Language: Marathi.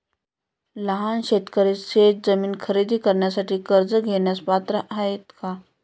लहान शेतकरी शेतजमीन खरेदी करण्यासाठी कर्ज घेण्यास पात्र आहेत का?